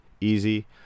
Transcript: Easy